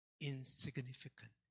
insignificant